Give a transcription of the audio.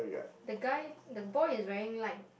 the guy the boy is wearing light